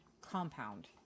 compound